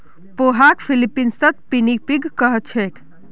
पोहाक फ़िलीपीन्सत पिनीपिग कह छेक